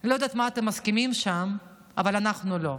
אני לא יודעת על מה אתם מסכימים שם, אבל אנחנו לא.